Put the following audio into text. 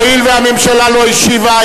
הואיל והממשלה לא השיבה,